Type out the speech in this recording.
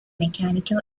mechanical